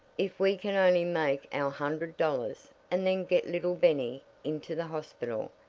if we can only make our hundred dollars, and then get little bennie into the hospital,